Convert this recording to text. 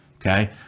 okay